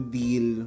deal